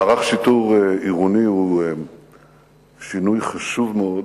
מערך שיטור עירוני הוא שינוי חשוב מאוד.